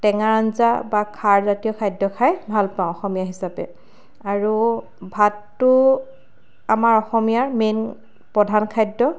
টেঙা আঞ্জা বা খাৰজাতীয় খাদ্য খাই ভাল পাওঁ অসমীয়া হিচাপে আৰু ভাতটো আমাৰ অসমীয়াৰ মেইন প্ৰধান খাদ্য